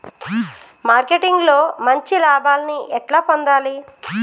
Marketing లో మంచి లాభాల్ని ఎట్లా పొందాలి?